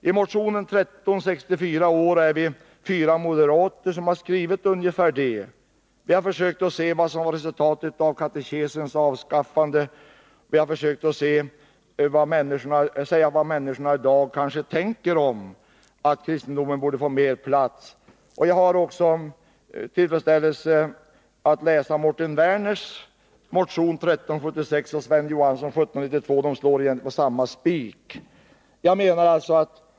I motion 1364 i år är vi fyra moderater som har skrivit ungefär detta. Vi har försökt att se vad som var resultatet av katekesens avskaffande, och vi har försökt säga vad människorna i dag kanske tänker om att kristendomen borde få mer plats. Jag har också haft tillfredsställelsen att läsa Mårten Werners motion 1376 och Sven Johanssons motion 1792. De slår igen på samma spik.